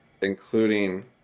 including